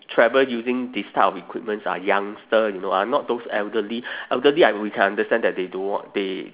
travel using this type of equipments are youngster you know ah not those elderly elderly I we can understand that they don't want they